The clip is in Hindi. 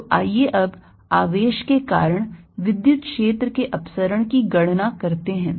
तो आइए अब आवेश के कारण विद्युत क्षेत्र के अपसरण की गणना करते हैं